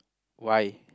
why